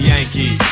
Yankee